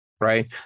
right